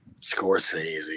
Scorsese